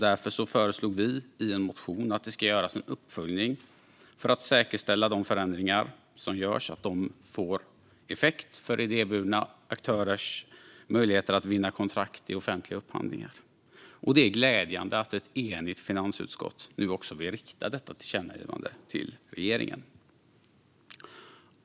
Därför föreslog vi i en motion att det ska göras en uppföljning för att säkerställa att de förändringar som görs får effekt för idéburna aktörers möjligheter att vinna kontrakt i offentliga upphandlingar. Det är glädjande att ett enigt finansutskott nu vill rikta detta tillkännagivande till regeringen.